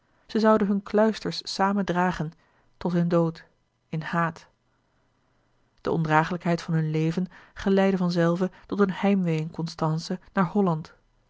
zij zouden hunne kluisters samen dragen tot hun dood in haat de ondragelijkheid van hun leven geleidde van zelve tot een heimwee in constance naar holland